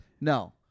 No